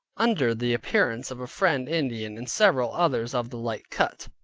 under the appearance of a friend indian, and several others of the like cut.